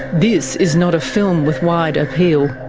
this is not a film with wide appeal.